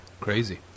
Crazy